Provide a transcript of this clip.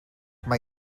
mae